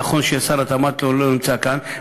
נכון ששר התמ"ת לא נמצא כאן,